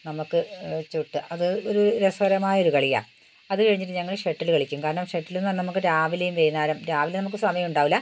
നമുക്ക് ചൊട്ടുക അത് ഒരു രസകരമായൊരു കളിയാണ് അതു കഴിഞ്ഞിട്ട് ഞങ്ങൾ ഷട്ടിൽ കളിക്കും കാരണം ഷട്ടിലെന്നു പറഞ്ഞാൽ നമ്മൾക്ക് രാവിലേയും വൈകുന്നേരം രാവിലെ നമ്മൾക്ക് സമയം ഉണ്ടാകില്ല